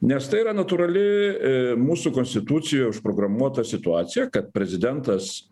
nes tai yra natūrali mūsų konstitucijoj užprogramuota situacija kad prezidentas